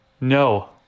No